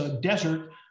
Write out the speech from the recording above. desert